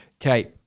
Okay